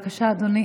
אדוני,